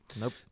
Nope